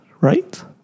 right